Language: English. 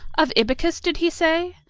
of ibycus! did he say?